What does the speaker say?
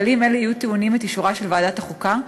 כללים אלה יהיו טעונים את אישורה של ועדת החוקה,